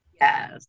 Yes